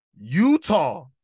Utah